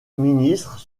ministres